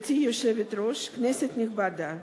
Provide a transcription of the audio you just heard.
גברתי היושבת-ראש, כנסת נכבדה,